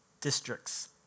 districts